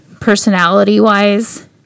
personality-wise